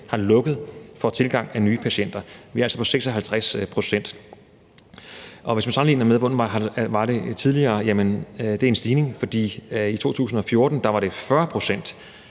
har lukket for tilgang af nye patienter. Det er altså 56 pct. Og hvis man sammenligner med, hvordan det var tidligere, så er det en stigning, for i 2014 var det 40 pct.,